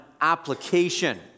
application